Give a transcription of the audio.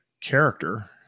character